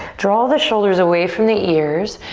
draw the shoulders away from the ears,